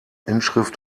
inschrift